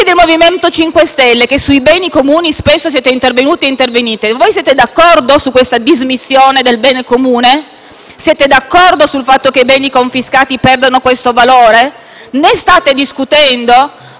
del MoVimento 5 Stelle, che sui beni comuni spesso siete intervenuti e intervenite, siete d'accordo su questa dismissione del bene comune? Siete d'accordo sul fatto che i beni confiscati perdano questo valore? Ne state discutendo?